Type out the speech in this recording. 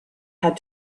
had